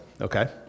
okay